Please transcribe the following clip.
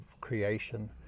creation